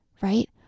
Right